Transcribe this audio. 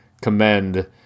commend